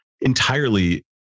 entirely